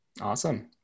Awesome